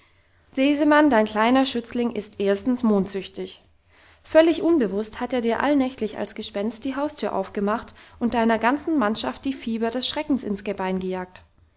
sesemann dein kleiner schützling ist erstens mondsüchtig völlig unbewusst hat er dir allnächtlich als gespenst die haustür aufgemacht und deiner ganzen mannschaft die fieber des schreckens ins gebein gejagt